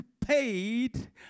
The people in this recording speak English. paid